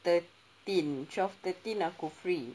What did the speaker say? thirteen twelve thirteen aku free